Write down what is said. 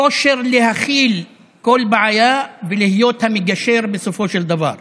כושר להכיל כל בעיה ולהיות המגשר בסופו של דבר.